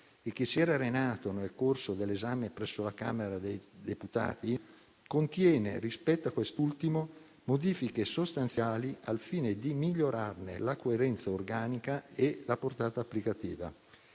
e che si era arenato nel corso dell'esame presso la Camera dei deputati, contiene, rispetto a quest'ultimo, modifiche sostanziali al fine di migliorarne la coerenza organica e la portata applicativa.